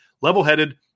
level-headed